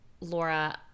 Laura